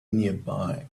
nearby